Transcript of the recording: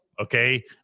Okay